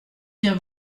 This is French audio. bien